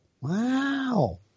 Wow